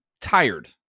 tired